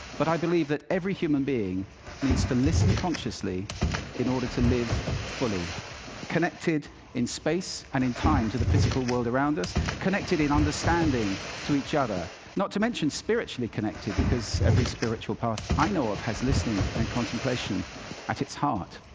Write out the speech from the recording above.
but i believe that every human being needs to listen consciously in order to live fully connected in space and in time to the physical world around us, connected in understanding to each other, not to mention spiritually connected, because every spiritual path i know of has listening and contemplation at its heart.